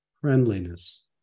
friendliness